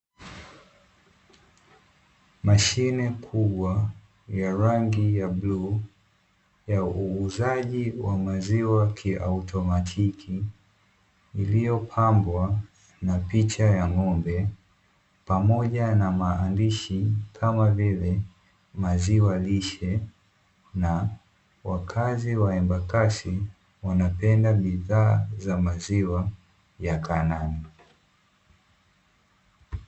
Mashine kubwa ya rangi ya bluu, ya uuzaji wa maziwa kiautomatiki, iliyopambwa na picha ya ng'ombe pamoja na maandishi kama vile maziwa lishe; na wakazi wa "embakasi" wanapenda bidhaa za maziwa ya "kanani".